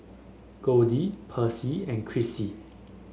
Goldie Percy and Krissy